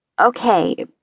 Okay